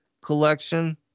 collection